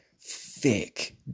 thick